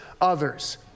others